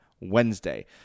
Wednesday